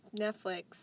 Netflix